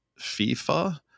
FIFA